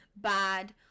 bad